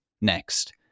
next